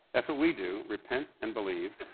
that's what we do, repent and believe,